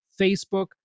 Facebook